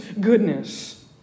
goodness